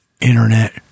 internet